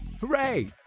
Hooray